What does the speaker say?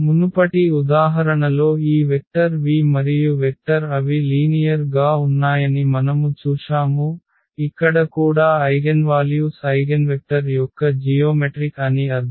మునుపటి ఉదాహరణలో ఈ వెక్టర్ v మరియు వెక్టర్ అవి లీనియర్ గా ఉన్నాయని మనము చూశాము ఇక్కడ కూడా ఐగెన్వాల్యూస్ ఐగెన్వెక్టర్ యొక్క జియోమెట్రిక్ అని అర్ధం